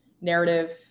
narrative